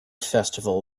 festival